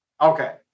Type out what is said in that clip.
Okay